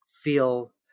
feel